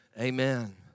Amen